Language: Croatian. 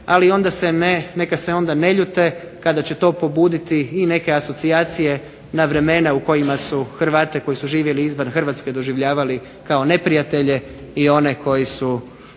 ali onda neka se ne ljute kada će to pobuditi i neke asocijacije na vremena u kojima su Hrvate koji su živjeli izvan Hrvatske doživljavali kao neprijatelje i one koje su